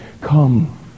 come